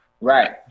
Right